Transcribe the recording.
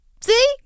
see